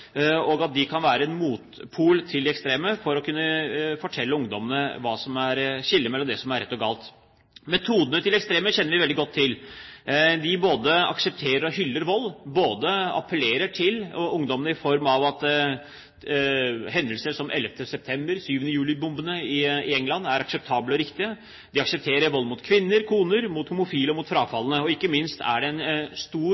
og de kan være en motpol til de ekstreme fordi de kan fortelle ungdommene hva som er skillet mellom det som er rett og galt. Metodene til de ekstreme kjenner vi veldig godt til. De både aksepterer og hyller vold og appellerer til ungdommene i form av at hendelser som 11. september og 7. juni-bombene i England er akseptable og riktige. De aksepterer vold mot kvinner, mot koner, mot homofile og mot frafalne, og ikke minst utøver de en stor